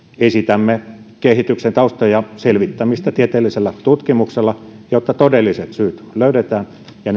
esitämme kehityksen taustojen selvittämistä tieteellisellä tutkimuksella jotta todelliset syyt löydetään ja